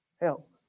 help